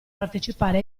partecipare